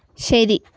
ശരി